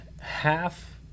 Half